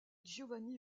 giovanni